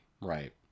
Right